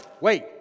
wait